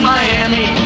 Miami